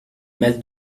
mal